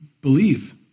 believe